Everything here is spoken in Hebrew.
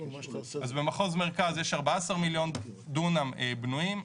במחוז מרכז יש 14 מיליון מ"ר בנויים,